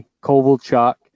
Kovalchuk